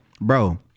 bro